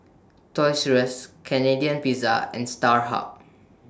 Toys Rus Canadian Pizza and Starhub